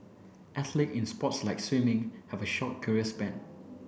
athlete in sports like swimming have a short career span